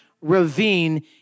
Ravine